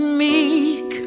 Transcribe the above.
meek